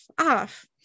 off